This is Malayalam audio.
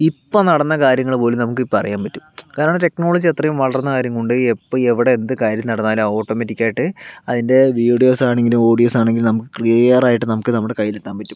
ഇപ്പം നടന്ന കാര്യങ്ങൾ പോലും നമുക്കിപ്പം അറിയാൻ പറ്റും കാരണം ടെക്നോളജി അത്രയും വളർന്ന കാര്യം കൊണ്ട് എപ്പം എവിടെ എന്ത് കാര്യം നടന്നാലും ഓട്ടോമാറ്റിക് ആയിട്ട് അതിൻ്റെ വീഡിയോസാണെങ്കിലും ഓഡിയോസാണെങ്കിലും നമുക്ക് ക്ലിയർ ആയിട്ട് നമുക്ക് നമ്മുടെ കയ്യിൽ എത്താൻ പറ്റും